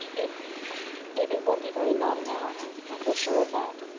it it won't be very long now, anne. i feel sure of that.